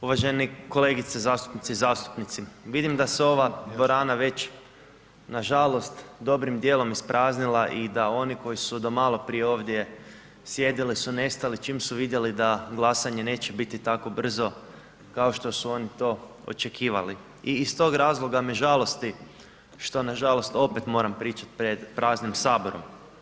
Uvaženi kolegice zastupnice i zastupnici, vidim da se ova dvorana već, nažalost, dobrim dijelom ispraznila i da oni koji su do maloprije ovdje sjedili, su nestali čim su vidjeli da glasanje neće biti tako brzo kao što su oni to očekivali i iz tog razloga me žalosti što nažalost opet moram pričat pred praznim HS.